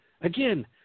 Again